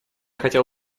хотел